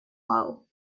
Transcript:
low